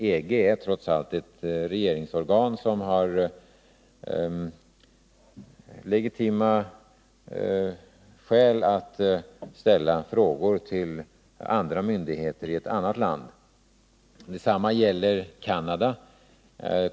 EG är trots allt ett regeringsorgan som har legitima skäl att ställa frågor till andra myndigheter i ett annat land. Detsamma gäller Canada.